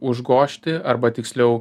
užgožti arba tiksliau